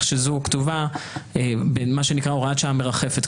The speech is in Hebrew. שזאת כתובה בין מה שנקרא "הוראת שעה מרחפת",